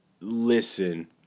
listen